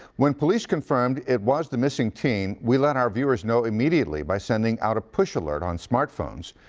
when police confirmed it was the missing teen, we let our viewers know immediately by sending out push alert on smart phones.